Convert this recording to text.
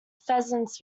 pheasants